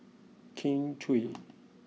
Kin Chui